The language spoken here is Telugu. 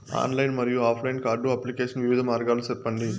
ఆన్లైన్ మరియు ఆఫ్ లైను కార్డు అప్లికేషన్ వివిధ మార్గాలు సెప్పండి?